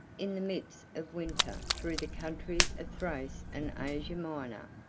in the midst of winter, through the countries of thrace and asia minor,